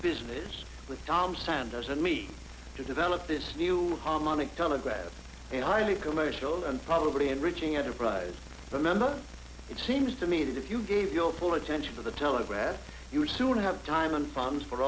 business with tom sanders and me to develop this new harmonic telegraph and highly commercial and probably enriching enterprise remember it seems to me that if you gave your full attention to the telegraph you would soon have time and funds for